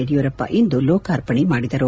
ಯಡಿಯೂರಪ್ಪ ಇಂದು ಲೋಕಾರ್ಪಣೆ ಮಾಡಿದರು